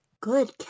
Good